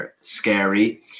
scary